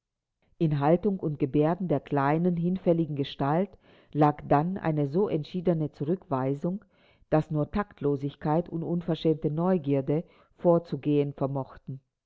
in haltung und gebärden der kleinen hinfälligen gestalt lag dann eine so entschiedene zurückweisung daß nur taktlosigkeit und unverschämte neugierde vorzugehen vermochten